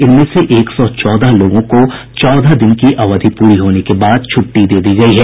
इनमें से एक सौ चौदह लोगों को चौदह दिन की अवधि पूरी होने के बाद छुट्टी दे दी गयी है